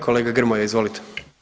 Kolega Grmoja, izvolite.